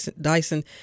Dyson